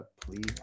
please